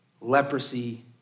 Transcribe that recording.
Leprosy